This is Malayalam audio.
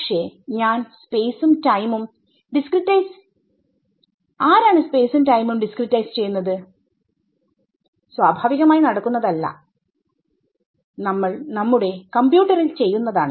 പക്ഷെ ഞാൻ സ്പേസും ടൈമും ഡിസ്ക്രിടൈസ്ആരാണ് സ്പേസും ടൈമും ഡിസ്ക്രിടൈസ്ചെയ്യുന്നത്സ്വാഭാവികമായി നടക്കുന്നതല്ല നമ്മൾ നമ്മുടെ കമ്പ്യൂട്ടറിൽചെയ്യുന്നതാണ്